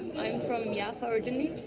i'm from jaffa originally,